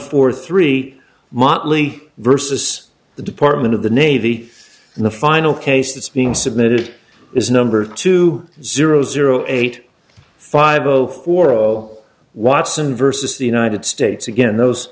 four three motley versus the department of the navy in the final case this being submitted is number two zero zero eight five zero four zero zero watson versus the united states again those